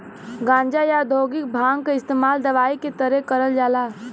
गांजा, या औद्योगिक भांग क इस्तेमाल दवाई के तरे करल जाला